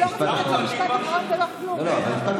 תומך טרור